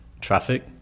traffic